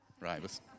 right